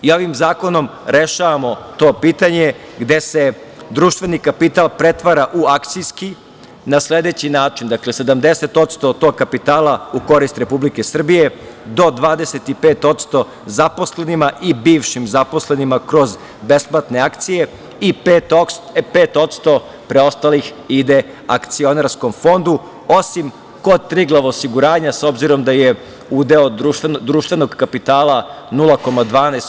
Ovim zakonom rešavamo to pitanje gde se društveni kapital pretvara u akcijski na sledeći način: dakle 70% tog kapitala u korist Republike Srbije, do 25% zaposlenima i bivšim zaposlenima kroz besplatne akcije i 5% preostalih ide Akcionarskom fondu, osim kod „Triglav osiguranja, obzirom da je udeo društvenog kapitala 0,12%